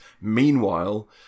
Meanwhile